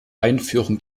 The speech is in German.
einführung